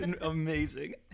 amazing